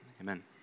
amen